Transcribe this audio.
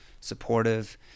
supportive